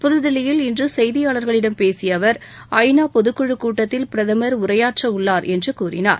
புதுதில்லியில் இன்று செய்தியாளர்களிடம் பேசிய அவர் ஐ நா பொதுக்குழுக் கூட்டத்தில் பிரதமா் உரையாற்றவுள்ளார் என்று கூறினார்